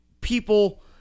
people